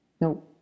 no